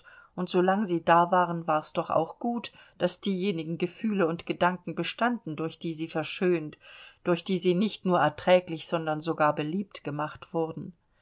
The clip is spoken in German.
und so lang sie da waren war's doch auch gut daß diejenigen gefühle und gedanken bestanden durch die sie verschönt durch die sie nicht nur erträglich sondern sogar beliebt gemacht wurden